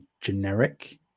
generic